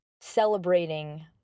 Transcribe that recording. celebrating